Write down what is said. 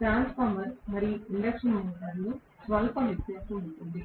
transformer మరియు induction మోటారులో స్వల్ప వ్యత్యాసం ఉంటుంది